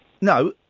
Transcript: No